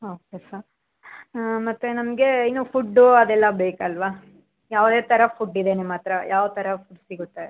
okay sir ಮತ್ತೆ ನಮಗೆ ಇನ್ನೂ ಫುಡ್ಡು ಅದೆಲ್ಲ ಬೇಕಲ್ವ ಯಾವುದೇ ಥರ ಫುಡ್ ಇದೆ ನಿಮ್ಮ ಹತ್ರ ಯಾವ ಥರ ಫುಡ್ ಸಿಗುತ್ತೆ